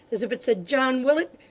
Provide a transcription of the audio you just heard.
as if it said, john willet,